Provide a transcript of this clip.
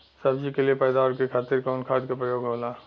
सब्जी के लिए पैदावार के खातिर कवन खाद के प्रयोग होला?